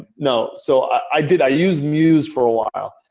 no, so i did. i use muse for a while.